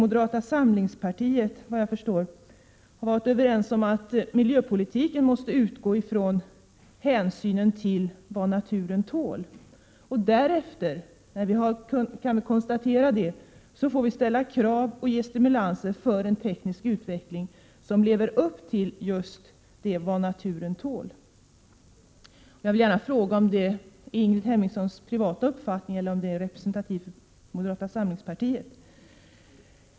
moderata samlingspartiet, varit överens om att man i miljöpolitiken måste utgå från hänsynen till vad naturen tål. Dessutom måste man ställa krav på och stimulera den tekniska utvecklingen. Denna måste alltså motsvara vad naturen tål. Jag undrar om den uppfattning som Ingrid Hemmingsson här ger uttryck för är hennes privata eller om den är representativ för moderata samlingspartiet som helhet.